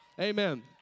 Amen